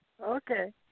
Okay